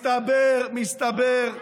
מסתבר,